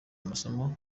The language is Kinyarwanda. amasomo